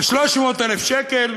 ו-300,000 שקל,